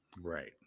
Right